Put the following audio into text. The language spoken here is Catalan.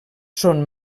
són